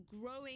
growing